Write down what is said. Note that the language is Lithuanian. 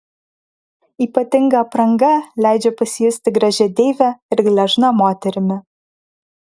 ypatinga apranga leidžia pasijusti gražia deive ir gležna moterimi